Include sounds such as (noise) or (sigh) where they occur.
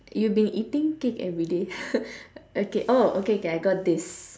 you been eating cake everyday (laughs) okay oh okay I I got this